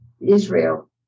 Israel